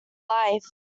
life